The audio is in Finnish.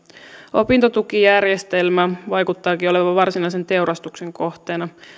opintotukijärjestelmä vaikuttaakin olevan varsinaisen teurastuksen kohteena